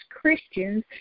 Christians